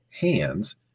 hands